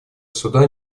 суда